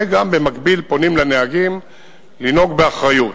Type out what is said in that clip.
ובמקביל פונים אל הנהגים לנהוג באחריות.